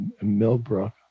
Millbrook